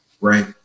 right